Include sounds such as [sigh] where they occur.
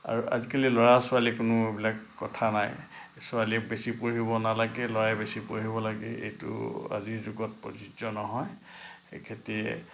আৰু আজিকালি ল'ৰা ছোৱালী কোনো এইবিলাক কথা নাই ছোৱালীয়ে বেছি পঢ়িব নালাগে ল'ৰাই বেছি পঢ়িব লাগে এইটো আজিৰ যুগত প্ৰযোজ্য নহয় [unintelligible]